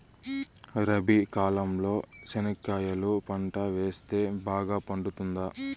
రబి కాలంలో చెనక్కాయలు పంట వేస్తే బాగా పండుతుందా?